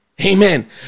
Amen